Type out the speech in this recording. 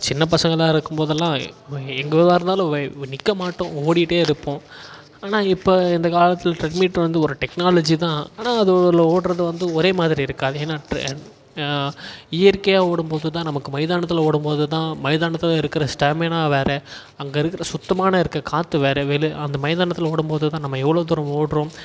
சின்னப் பசங்களாக இருக்கும்போதெல்லாம் எங்கேவா இருந்தாலும் நிற்க மாட்டோம் ஓடிகிட்டே இருப்போம் ஆனால் இப்போ இந்த காலத்தில் ட்ரெட்மீட் வந்து ஒரு டெக்னாலஜிதான் ஆனால் அதில் ஓடுறது வந்து ஒரேமாதிரி இருக்காது ஏனால் ட்ரெ இயற்கையாக ஓடும்போதுதான் நமக்கு மைதானத்தில் ஓடும்போதுதான் மைதானத்தில் இருக்கிற ஸ்டெமினா வேறு அங்கே இருக்கிற சுத்தமான இருக்கற காற்று வேறு வெளு அந்த மைதானத்தில் ஓடும்போதுதான் நம்ம எவ்வளோ தூரம் ஓடுறோம்